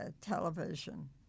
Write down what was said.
television